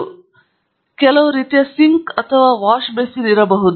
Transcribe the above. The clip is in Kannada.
ನೀವು ಯಾವಾಗಲೂ ತಿಳಿದಿರುವಿರಿ ನಿಮಗೆ ಕೆಲವು ರೀತಿಯ ಸಿಂಕ್ ಅಥವಾ ವಾಶ್ಬಾಸಿನ್ ಇರಬಹುದು